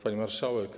Pani Marszałek!